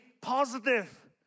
positive